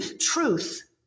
truth